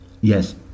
yes